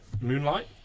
Moonlight